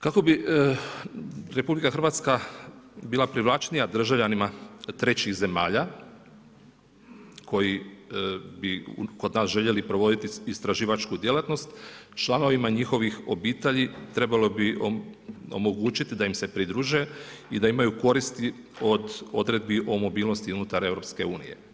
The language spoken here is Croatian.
Kako bi Republika Hrvatska bila privlačnija državljanima trećih zemalja koji bi kod nas željeli provoditi istraživačku djelatnost, članovima njihovih obitelji trebalo bi omogućiti da im se pridruže i da imaju koristi od odredbi o mobilnosti unutar EU.